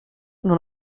non